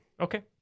Okay